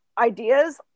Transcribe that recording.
ideas